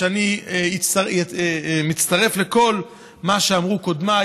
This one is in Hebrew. אני מצטרף לכל מה שאמרו קודמיי